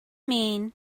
mean